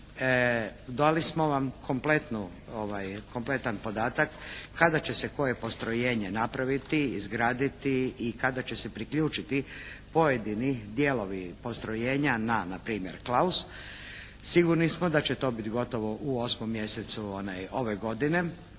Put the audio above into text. dali smo vam kompletan podatak kada će se koje postrojenje napraviti, izgraditi i kada će se priključiti pojedini dijelovi postrojenja na na primjer Klaus. Sigurni smo da će to biti gotovo u 8. mjesecu ove godine